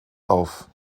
auf